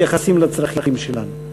מתייחסים לצרכים שלנו.